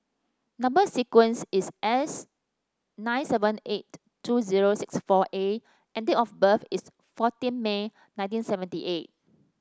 number sequence is S nine seven eight two zero six four A and date of birth is fourteen May nineteen seventy eight